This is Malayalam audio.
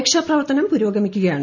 രക്ഷ്യാപ്രവർത്തനം പുരോഗമിക്കുക യാണ്